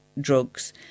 drugs